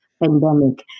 pandemic